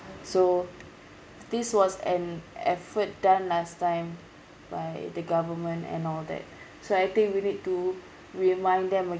so this was an effort done last time by the government and all that so I think we need to remind them wh~